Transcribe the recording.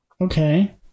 Okay